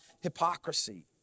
hypocrisy